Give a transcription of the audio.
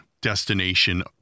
destination